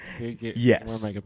yes